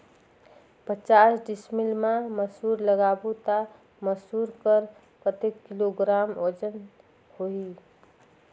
पचास डिसमिल मा मसुर लगाबो ता मसुर कर कतेक किलोग्राम वजन होही?